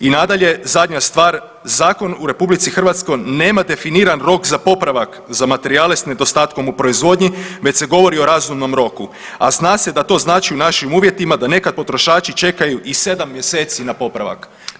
I nadalje, zadnja stvar zakon u RH nema definiran rok za popravak za materijale s nedostatkom u proizvodnji već se govori o razumnom roku, a zna se da to znači u našim uvjetima da nekad potrošači čekaju i 7 mjeseci na popravak.